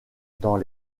dans